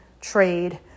trade